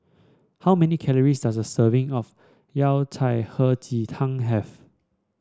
how many calories does a serving of Yao Cai Hei Ji Tang have